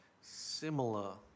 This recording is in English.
similar